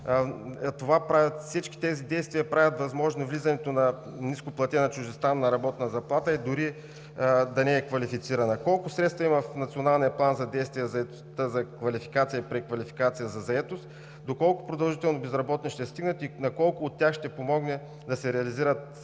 Всички тези действия правят възможно навлизането на нископлатена чуждестранна работна ръка, дори да не е квалифицирана. Колко средства има в Националния план за действие по заетостта за квалификация и преквалификация за заетост? До колко продължително безработни ще стигнат и на колко от тях ще помогнат да се реализират